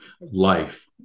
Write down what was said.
Life